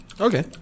Okay